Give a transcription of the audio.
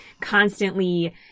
constantly